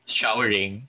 showering